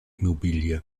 immobilie